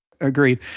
Agreed